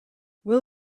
will